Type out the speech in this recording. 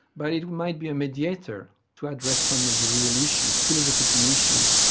but it might be a mediator to address some of the real issues, philosophical issues,